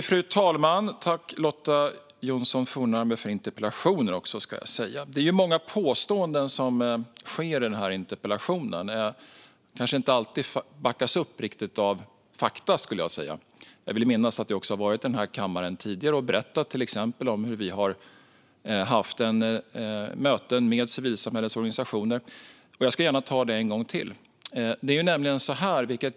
Fru talman! Jag tackar Lotta Johnsson Fornarve för interpellationen. Det är många påståenden som görs i interpellationen, men de kanske inte alltid riktigt backas upp av fakta, skulle jag säga. Jag vill också minnas att jag har varit i den här kammaren tidigare och berättat till exempel om hur vi haft möten med civilsamhällets organisationer. Jag ska gärna ta det en gång till.